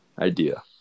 idea